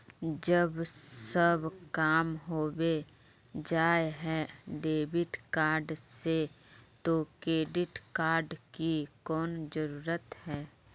जब सब काम होबे जाय है डेबिट कार्ड से तो क्रेडिट कार्ड की कोन जरूरत है?